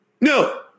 No